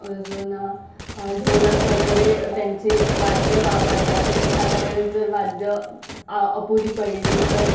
अजून ढोलक वगैरे त्यांचे वाद्य वापरतात पण एखाद्या वेळेस जर वाद्य अ अपुरी पडली तर